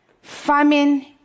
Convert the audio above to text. Famine